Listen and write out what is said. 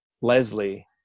leslie